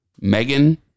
megan